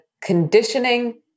conditioning